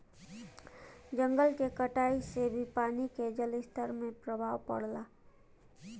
जंगल के कटाई से भी पानी के जलस्तर में प्रभाव पड़ला